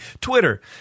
Twitter